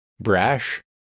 brash